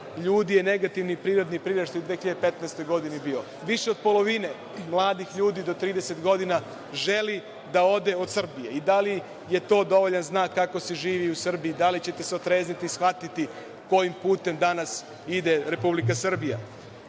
ljudi je negativni prirodni priraštaj u 2015. godini bio. Više od polovine mladih ljudi do 30 godina želi da ode od Srbije, i da li je to dovoljan znak kako se živi u Srbiji. Da li ćete se otrezniti, shvatiti, kojim putem danas ide Republika Srbija?